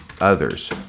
others